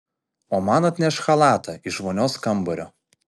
o man atnešk chalatą iš vonios kambario